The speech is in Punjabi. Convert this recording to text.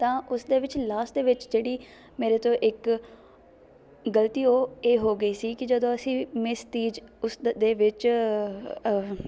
ਤਾਂ ਉਸ ਦੇ ਵਿੱਚ ਲਾਸਟ ਦੇ ਵਿੱਚ ਜਿਹੜੀ ਮੇਰੇ ਤੋਂ ਇੱਕ ਗ਼ਲਤੀ ਉਹ ਇਹ ਹੋ ਗਈ ਸੀ ਕਿ ਜਦੋਂ ਅਸੀਂ ਮਿਸ ਤੀਜ ਉਸ ਦੇ ਵਿੱਚ